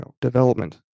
development